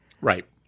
Right